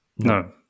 No